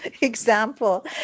example